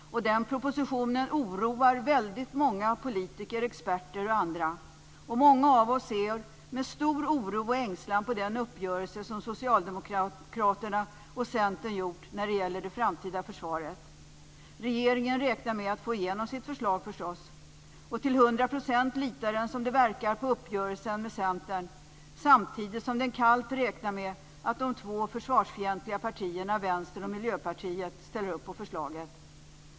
Den propositionen oroar väldigt många politiker, experter och andra. Många av oss ser med stor oro och ängslan på den uppgörelse som Socialdemokraterna och Centern gjort när det gäller det framtida försvaret. Regeringen räknar förstås med att få igenom sitt förslag. Till hundra procent litar den, som det verkar, på uppgörelsen med Centern samtidigt som den kallt räknar med att de två försvarsfientliga partierna, Vänstern och Miljöpartiet, ställer upp på förslaget.